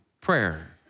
prayer